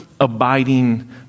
abiding